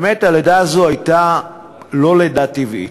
באמת הלידה הזאת לא הייתה לידה טבעית,